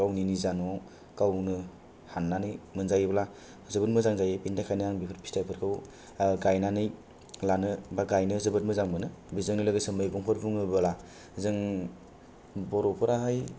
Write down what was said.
गावनि निजा न'आव गावनो हाननानै मोनजायोब्ला जोबोत मोजां जायो बेनि थाखायनो आं बेफोर फिथाइफोरखौ गायनानै लानो बा गायनो जोबोत मोजां मोनो बिजों लोगोसे मैगंफोर बुङोब्ला जों बर'फोरा हाय